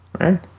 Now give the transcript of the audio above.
right